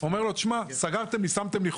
אומר לו: שמתם לי חומה,